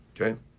Okay